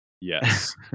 Yes